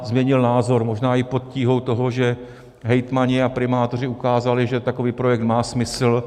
Změnil názor možná i pod tíhou toho, že hejtmani a primátoři ukázali, že takový projekt má smysl.